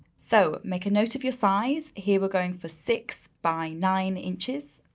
so make a note of your size. here we're going for six by nine inches,